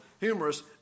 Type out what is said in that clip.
humorous